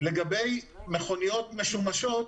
לגבי מכוניות משומשות,